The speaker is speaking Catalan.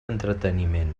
entreteniment